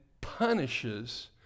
punishes